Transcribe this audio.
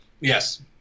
Yes